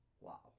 Wow